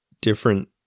different